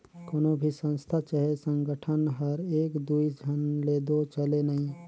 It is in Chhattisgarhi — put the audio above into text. कोनो भी संस्था चहे संगठन हर एक दुई झन ले दो चले नई